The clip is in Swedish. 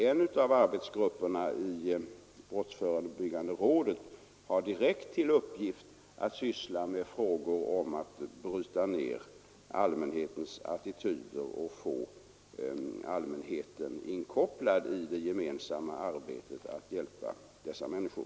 En av arbetsgrupperna i brottsförebyggande rådet har direkt till uppgift att syssla med frågor om att bryta ner allmänhetens attityder och att få allmänheten inkopplad i det gemensamma arbetet att hjälpa dessa människor.